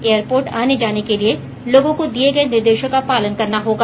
airport आने जाने के लिए लोगों को दिए गये निर्देषों का पालन करना होगा